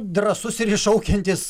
drąsus ir iššaukiantis